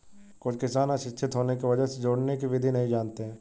कुछ किसान अशिक्षित होने की वजह से जोड़ने की विधि नहीं जानते हैं